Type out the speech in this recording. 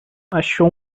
achou